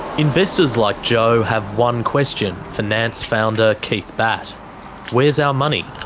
investors like jo have one question for nant's founder, keith batt where's our money?